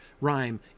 rhyme